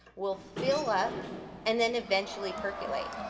will fill up and then eventually percolate.